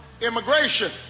immigration